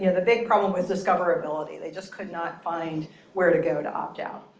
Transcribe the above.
you know the big problem was discoverability. they just could not find where to go to opt out.